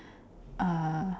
uh